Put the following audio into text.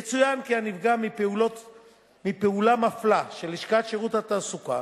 יצוין כי הנפגע מפעולה מפלה של לשכת שירות התעסוקה